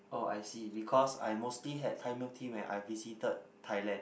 oh I see because I mostly had Thai milk tea when I visited Thailand